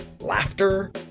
laughter